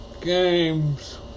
Games